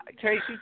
Tracy